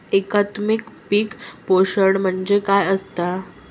एकात्मिक पीक पोषण म्हणजे काय असतां?